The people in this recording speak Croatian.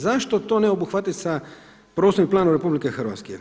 Zašto to ne obuhvatiti sa prostornim planom Republike Hrvatske?